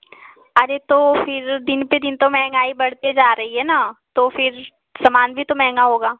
अरे तो फ़िर दिन पर दिन तो महंगाई बढ़ती जा रही है ना तो फ़िर सामान भी तो महंगा होगा